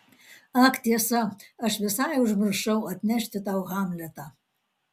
ak tiesa aš visai užmiršau atnešti tau hamletą